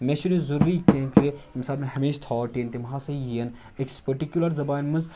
مےٚ چُھنہٕ ضروٗری کینٛہہ کہِ ییٚمہِ ساتہٕ مےٚ ہمیشہِ تھاٹ یِن تِم ہَسا یِن أکِس پٔٹِکیوٗلَر زبانہِ منٛز